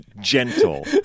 gentle